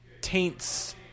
taints